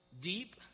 deep